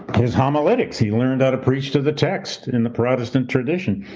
his homiletics. he learned how to preach to the text in the protestant tradition.